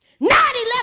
9-11